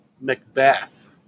Macbeth